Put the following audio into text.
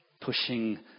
pushing